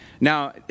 Now